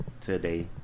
Today